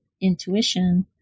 intuition